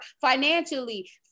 financially